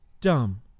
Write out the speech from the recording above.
dumb